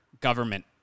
government